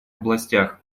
областях